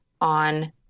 on